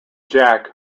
jack